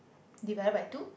divided by two